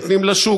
נותנים לשוק,